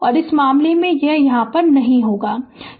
तो इस मामले में इसे यहाँ नहीं होना चाहिए